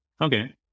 Okay